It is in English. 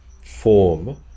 form